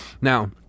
Now